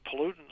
pollutants